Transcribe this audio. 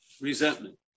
resentment